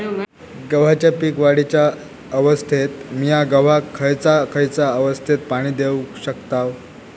गव्हाच्या पीक वाढीच्या अवस्थेत मिया गव्हाक खैयचा खैयचा अवस्थेत पाणी देउक शकताव?